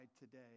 today